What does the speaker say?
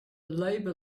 labor